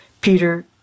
Peter